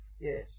Yes